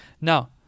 Now